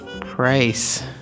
price